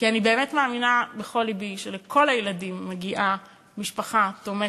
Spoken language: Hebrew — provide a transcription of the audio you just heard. כי אני באמת מאמינה בכל לבי שלכל הילדים מגיעה משפחה תומכת,